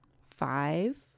five